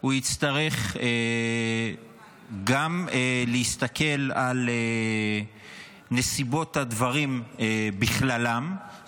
הוא יצטרך גם להסתכל על נסיבות הדברים בכללם,